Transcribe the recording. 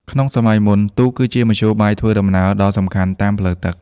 ក្នុងសម័យមុន ទូកគឺជាមធ្យោបាយធ្វើដំណើរដ៏សំខាន់តាមផ្លូវទឹក។